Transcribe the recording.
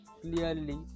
Clearly